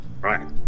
Right